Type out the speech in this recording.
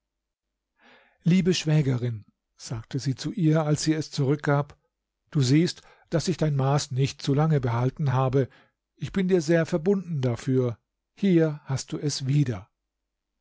liebe schwägerin sagte sie zu ihr als sie es zurückgab du siehst daß ich dein maß nicht zu lange behalten habe ich bin dir sehr verbunden dafür hier hast du es wieder